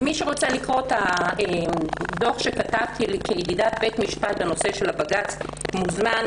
מי שרוצה לקרוא את הדוח שכתבתי כידידת בית המשפט בנושא הבג"ץ מוזמן.